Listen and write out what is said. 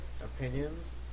opinions